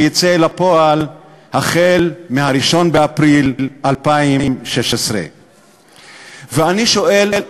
שיצא לפועל החל מ-1 באפריל 2016. ואני שואל,